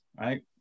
right